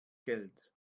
geld